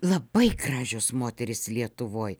labai gražios moterys lietuvoj